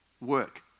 work